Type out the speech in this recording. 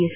S